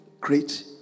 Great